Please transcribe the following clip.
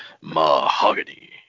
Mahogany